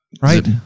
right